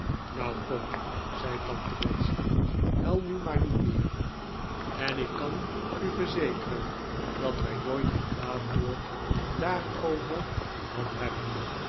kom zei tante betsey huil nu maar niet meer en ik kan u verzekeren dat wij nooit een kwaad woord daarover gehad hebben